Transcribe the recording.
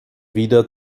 wieder